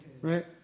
Right